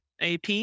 AP